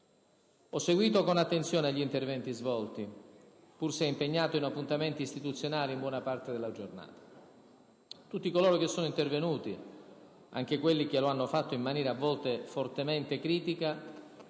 Ho seguito con attenzione gli interventi svolti, pur se impegnato in appuntamenti istituzionali in buona parte della giornata. Tutti coloro che sono intervenuti, anche quelli che lo hanno fatto in maniera, a volte, fortemente critica,